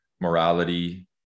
morality